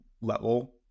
level